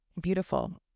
beautiful